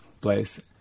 place